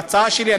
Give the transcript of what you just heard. ההצעה שלי,